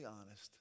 honest